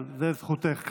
אבל זו זכותך,